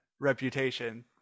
reputation